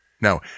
Now